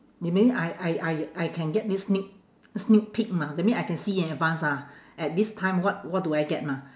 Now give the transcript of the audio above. that mean I I I I can get this sneak sneak peak mah that mean I can see in advance ah at this time what what do I get mah